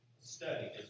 Study